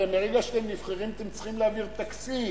הרי מרגע שאתם נבחרים, אתם צריכים להעביר תקציב.